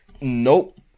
nope